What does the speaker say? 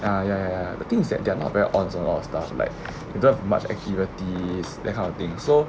uh yeah the things that they're not there aren't a lot of stuff like that much activities that kind of thing so